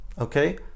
okay